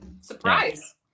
surprise